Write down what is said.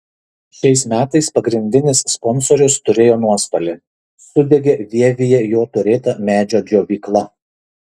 šiais metais pagrindinis sponsorius turėjo nuostolį sudegė vievyje jo turėta medžio džiovykla